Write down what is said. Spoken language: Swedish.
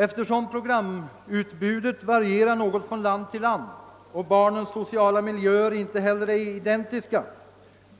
Eftersom programutbudet varierar något från land till land och barnens sociala miljöer inte heller är identiska